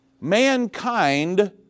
Mankind